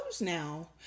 now